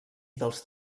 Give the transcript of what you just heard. dels